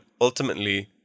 ultimately